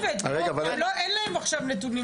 אין להם עכשיו נתונים